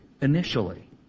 initially